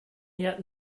yet